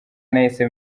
nahise